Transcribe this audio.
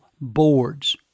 boards